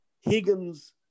Higgins